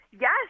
Yes